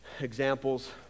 examples